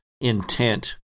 intent